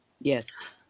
Yes